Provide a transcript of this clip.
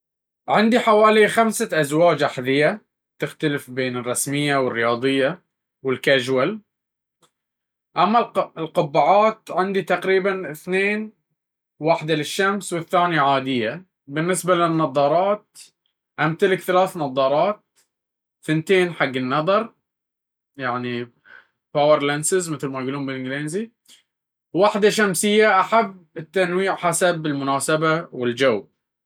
عندي حوالي خمسة أزواج أحذية، تختلف بين الرسمية والرياضية والكاجوال. أما القبعات، عندي تقريبًا اثنين، وحدة للشمس والثانية عادية. بالنسبة للنظارات، أملك ثلاثة: اثنين للنظر، وواحدة شمسية. أحب التنوع حسب المناسبة والجو.